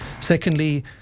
Secondly